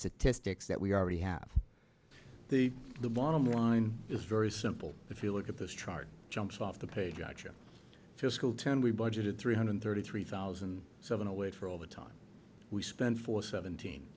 statistics that we already have the the bottom line is very simple if you look at this chart jumps off the page to school term we budgeted three hundred thirty three thousand so in a way for all the time we spend for seventeen